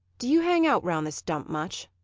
do you hang out around this dump much?